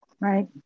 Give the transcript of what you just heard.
Right